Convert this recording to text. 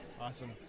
Awesome